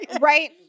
Right